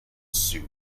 sioux